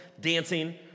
dancing